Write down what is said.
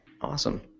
Awesome